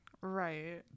Right